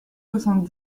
soixante